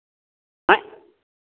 हऍं